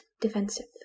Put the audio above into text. Defensive